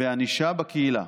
בענישה בקהילה.